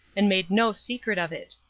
and made no secret of it.